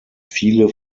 viele